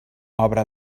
obra